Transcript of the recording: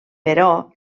però